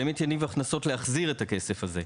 כך שבאמת יניבו הכנסות שיחזירו את הכסף הזה.